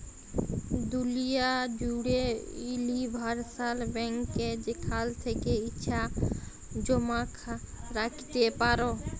দুলিয়া জ্যুড়ে উলিভারসাল ব্যাংকে যেখাল থ্যাকে ইছা জমা রাইখতে পারো